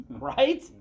Right